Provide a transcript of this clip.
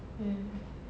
mm